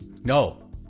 No